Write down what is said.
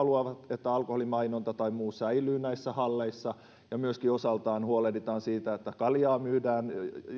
että alkoholimainonta tai muu säilyy näissä halleissa ja myöskin osaltaan huolehditaan siitä että kaljaa myydään jäähallissa tai muualla ja he